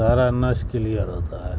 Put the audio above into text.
سارا نس کلیئر ہوتا ہے